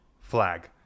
flag